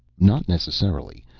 not necessarily.